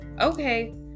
okay